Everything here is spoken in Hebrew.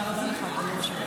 אני מעריכה את זה.